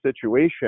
situation